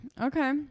Okay